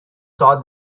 saw